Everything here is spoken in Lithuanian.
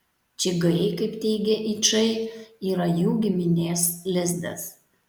čigai kaip teigia yčai yra jų giminės lizdas